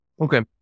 Okay